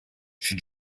she